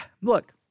look